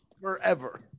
Forever